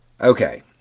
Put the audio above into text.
Okay